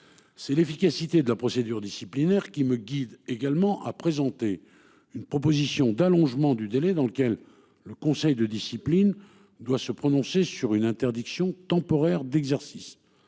C'est l'efficacité de la procédure disciplinaire qui me guide également à présenter une proposition d'allongement du délai dans lequel le conseil de discipline doit se prononcer sur une interdiction temporaire d'exercice.